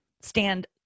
stand